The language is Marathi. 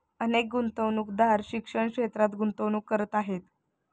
अनेक गुंतवणूकदार शिक्षण क्षेत्रात गुंतवणूक करत आहेत